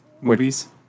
Movies